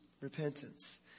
Repentance